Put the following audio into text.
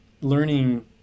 learning